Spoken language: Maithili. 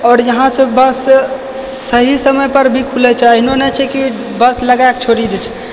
आओर यहाँसँ बस सही समयपर भी खुलै छै एहनो नहि छै की बस लगाकऽ छोड़ि दै छै